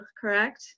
correct